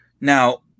now